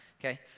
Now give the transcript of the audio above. Okay